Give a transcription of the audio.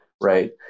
right